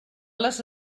les